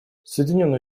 соединенные